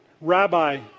rabbi